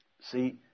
See